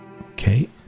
okay